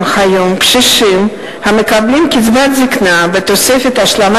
התשס"ט 2009, של חברת הכנסת מרינה סולודקין.